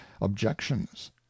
objections